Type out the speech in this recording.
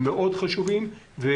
חשובים מאוד,